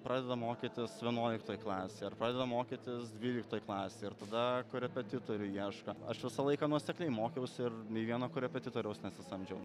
pradeda mokytis vienuoliktoj klasėj ar padeda mokytis dvyliktoj klasėj ir tada korepetitorių ieško aš visą laiką nuosekliai mokiausi ir nei vieno korepetitoriaus nesisamdžiau